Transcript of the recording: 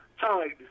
Time